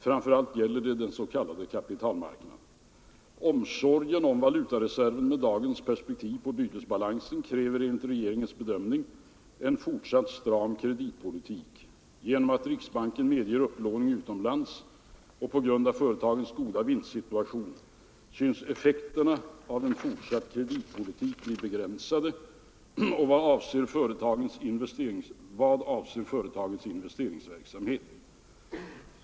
Framför allt gäller det den s.k. kapitalmarknaden. Omsorgen om valutareserven med dagens perspektiv på bytesbalansen kräver enligt regeringens bedömning en fortsatt stram kreditpolitik. Genom att riksbanken medger upplåning utomlands och på grund av företagens goda vinstsituation synes effekterna av en fortsatt stram kreditpolitik bli begränsade vad avser företagens investeringsverksamhet.